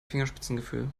fingerspitzengefühl